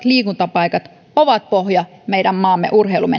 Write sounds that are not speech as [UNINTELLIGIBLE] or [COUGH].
[UNINTELLIGIBLE] liikuntapaikat ovat pohja meidän maamme urheilumenestykselle